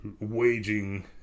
waging